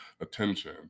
attention